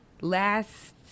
Last